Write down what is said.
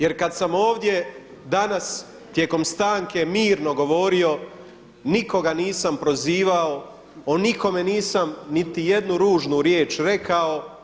Jer kad sam ovdje danas tijekom stanke mirno govorio nikoga nisam prozivao, o nikome nisam niti jednu ružnu riječ rekao.